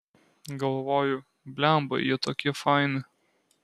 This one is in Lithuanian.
galvoju blemba jie tokie faini